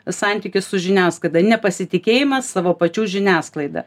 santykis su žiniasklaida nepasitikėjimas savo pačių žiniasklaida